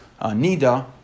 Nida